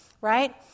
right